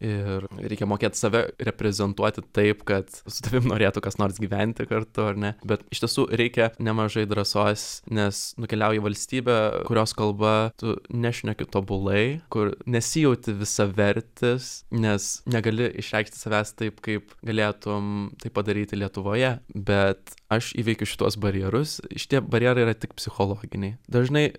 ir reikia mokėt save reprezentuoti taip kad su tavim norėtų kas nors gyventi kartu ar ne bet iš tiesų reikia nemažai drąsos nes nukeliauji į valstybę kurios kalba tu nešneki tobulai kur nesijauti visavertis nes negali išreikšti savęs taip kaip galėtum tai padaryti lietuvoje bet aš įveikiu šituos barjerus šitie barjerai yra tik psichologiniai dažnai